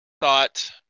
thought